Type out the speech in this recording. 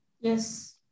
Yes